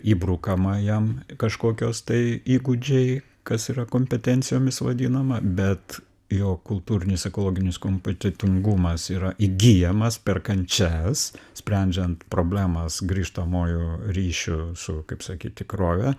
įbrukama jam kažkokios tai įgūdžiai kas yra kompetencijomis vadinama bet jo kultūrinis ekologinis kompetentingumas yra įgyjamas per kančias sprendžiant problemas grįžtamuoju ryšiu su kaip sakyt tikrove